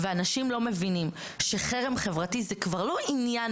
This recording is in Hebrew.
ואנשים לא מבינים שחרם חברתי זה כבר לא עניין